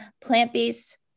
plant-based